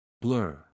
Blur